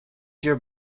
your